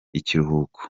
ikiruhuko